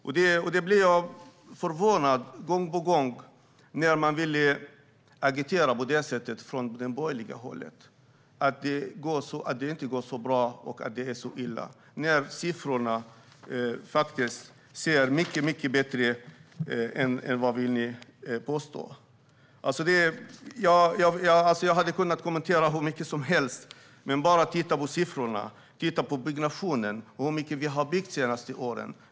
Jag blir gång på gång förvånad när man från det borgerliga hållet väljer att agitera som man gör. Man säger att det inte går så bra och att det är så illa samtidigt som siffrorna ser mycket bättre ut än vad ni påstår. Jag hade kunnat kommentera hur mycket som helst. Det är bara att titta på siffrorna. Titta på hur mycket som vi har byggt under de senaste åren!